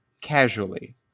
casually